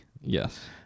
Yes